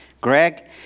Greg